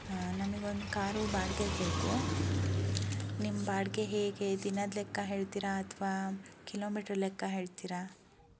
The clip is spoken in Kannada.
ಹಾಂ ನಮಗೊಂದು ಕಾರು ಬಾಡ್ಗೆಗೆ ಬೇಕು ನಿಮ್ಮ ಬಾಡಿಗೆ ಹೇಗೆ ದಿನದ ಲೆಕ್ಕ ಹೇಳ್ತೀರಾ ಅಥವಾ ಕಿಲೋಮೀಟರ್ ಲೆಕ್ಕ ಹೇಳ್ತೀರಾ